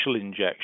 injection